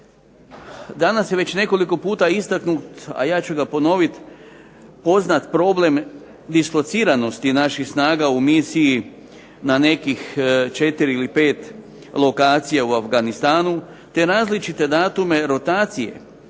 Danas je već nekoliko puta istaknut, a ja ću ga ponovit poznat problem dislociranosti naših snaga u misiji na nekih 4 ili 5 lokacija u Afganistanu, te različite datume rotacije,